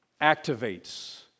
activates